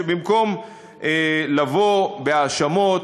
שבמקום לבוא בהאשמות,